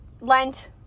Lent